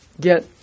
get